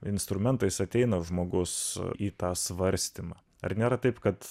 instrumentais ateina žmogus į tą svarstymą ar nėra taip kad